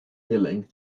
billing